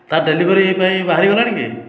ତାହା ଡ଼େଲିଭରି ପାଇଁ ବାହାରିଗଲାଣି କି